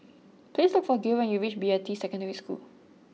please look for Gil when you reach Beatty Secondary School